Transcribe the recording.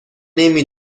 نمی